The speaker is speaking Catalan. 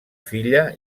filla